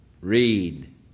Read